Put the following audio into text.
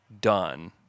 done